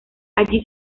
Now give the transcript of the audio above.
allí